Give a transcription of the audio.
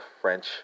French